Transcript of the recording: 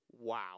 wow